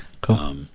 Cool